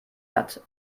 hat